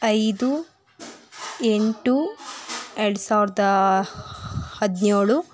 ಐದು ಎಂಟು ಎರಡು ಸಾವಿರದ ಹದಿನೇಳು